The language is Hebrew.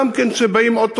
גם כן, כאשר באים עוד תושבים,